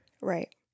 Right